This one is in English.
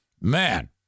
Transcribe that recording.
Man